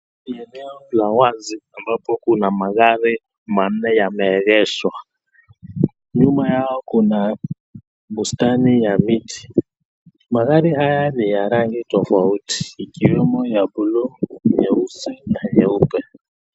Kuna magari manne yameegeshwa nyuma yao kuna bustani ya miti ,magari haya ni ya rangi tofauti ikiwamo ya buluu nyeusi na nyeupe.